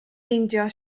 meindio